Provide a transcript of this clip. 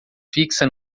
fixa